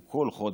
הוא כל חודש,